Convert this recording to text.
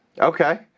Okay